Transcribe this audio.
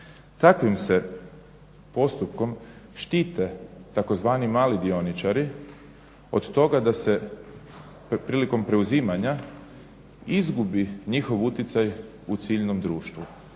Takvim se postupkom štite tzv. mali dioničari od toga da se prilikom preuzimanja izgubi njihov uticaj u ciljnom društvu,